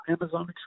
Amazon